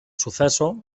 suceso